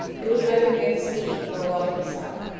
it was rather near the sea for a well to be sunk,